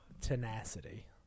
Tenacity